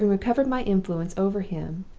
having recovered my influence over him,